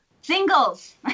Singles